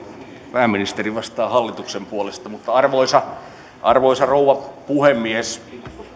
pääministeri vastaa hallituksen puolesta mutta arvoisa arvoisa puhemies